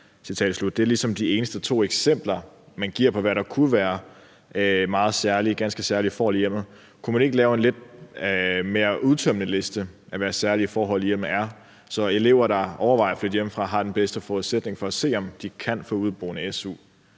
det er ligesom de eneste to eksempler, man giver på, hvad der kunne være ganske særlige forhold i hjemmet. Kunne man ikke kan lave en lidt mere udtømmende liste over, hvad særlige forhold i hjemmet er, så elever, der overvejer at flytte hjemmefra, har den bedste forudsætning for at se, om de kan få su for